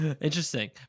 interesting